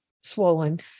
swollen